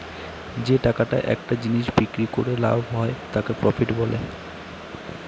যে টাকাটা একটা জিনিস বিক্রি করে লাভ হয় তাকে প্রফিট বলে